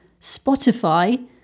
Spotify